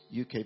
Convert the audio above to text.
UK